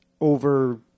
over